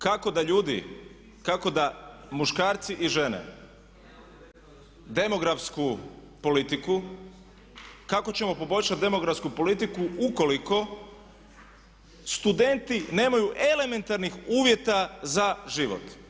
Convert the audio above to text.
Kako da ljudi, kako da muškarci i žene demografsku politiku, kako ćemo poboljšati demografsku politiku ukoliko studenti nemaju elementarnih uvjeta za život?